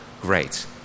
great